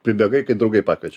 pribėgai kai draugai pakviečia